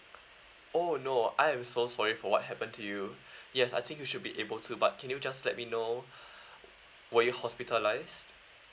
oh no I am so sorry for what happened to you yes I think you should be able to but can you just let me know were you hospitalized